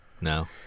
No